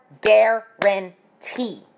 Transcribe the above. guarantee